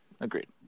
Agreed